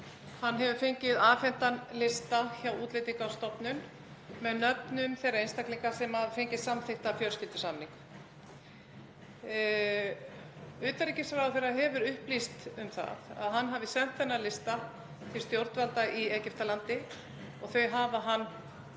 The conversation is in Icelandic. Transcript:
fengið afhentan lista hjá Útlendingastofnun með nöfnum þeirra einstaklinga sem hafa fengið samþykkta fjölskyldusameiningu. Utanríkisráðherra hefur upplýst um það að hann hafi sent þennan lista til stjórnvalda í Egyptalandi og þau hafa hann